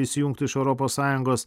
įsijungtų iš europos sąjungos